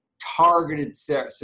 targeted –